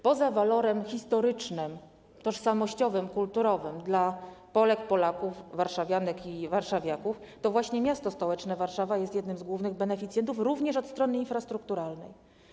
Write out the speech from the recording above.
Poza walorem historycznym, tożsamościowym, kulturowym dla Polek, Polaków, warszawianek i warszawiaków to właśnie m.st. Warszawa jest jednym z głównych beneficjentów również od strony infrastrukturalnej.